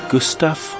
Gustav